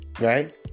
Right